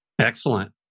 Excellent